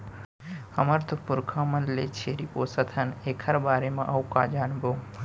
हमर तो पुरखा मन ले छेरी पोसत हन एकर बारे म अउ का जानबो?